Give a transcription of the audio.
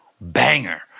banger